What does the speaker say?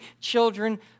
children